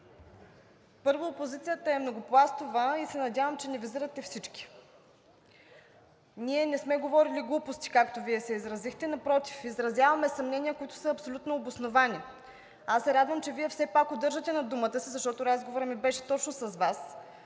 първо, опозицията е многопластова и се надявам, че не визирате всички. Ние не сме говорили глупости, както Вие се изразихте. Напротив, изразяваме съмнения, които са абсолютно обосновани. Радвам се, че Вие все пак удържате на думата си, защото разговорът ми беше точно с Вас